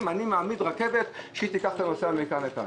ואעמיד רכבת שתיקח את הנוסעים מכאן לכאן.